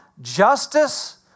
Justice